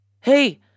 Hey